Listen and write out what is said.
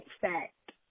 fact